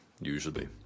usually